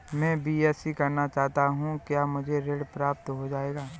मैं बीएससी करना चाहता हूँ क्या मुझे ऋण प्राप्त हो जाएगा?